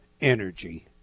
energy